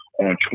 on